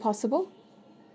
possible